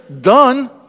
done